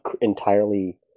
entirely